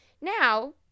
Now